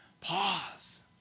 Pause